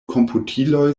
komputiloj